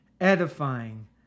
edifying